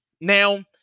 now